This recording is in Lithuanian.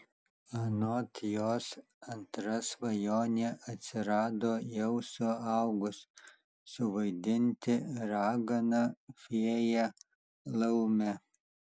anot jos antra svajonė atsirado jau suaugus suvaidinti raganą fėją laumę